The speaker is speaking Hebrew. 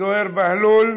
זוהיר בהלול,